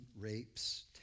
rapes